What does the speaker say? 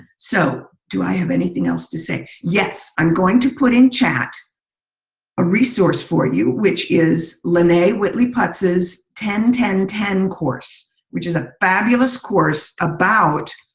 so, do i have anything else to say? yes. i'm going to put in chat a resource for you which is lene whitley-putz's ten ten ten course, which is a fabulous course about